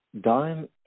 dime